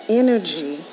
energy